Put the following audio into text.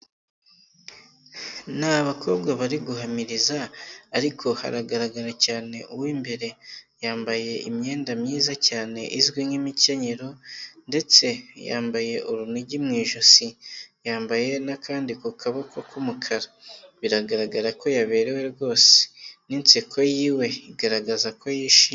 Ni abakobwa bari guhamiriza ariko haragaragara cyane uw'imbere, yambaye imyenda myiza cyane izwi nk'imikenyero, ndetse yambaye urunigi mu ijosi, yambaye n'akandi ku kaboko k'umukara, biragaragara ko yaberewe rwose, n'inseko yiwe igaragaza ko yishimye.